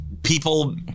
People